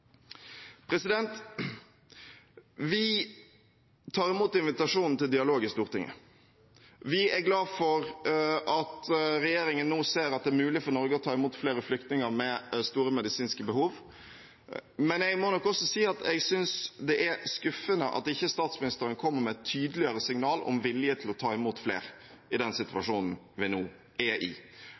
mulig for Norge å ta imot flere flyktninger med store medisinske behov. Men jeg må nok også si at jeg synes det er skuffende at ikke statsministeren kommer med et tydeligere signal om vilje til å ta imot flere i den situasjonen som vi nå er i.